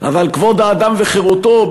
אבל כבוד האדם וחירותו,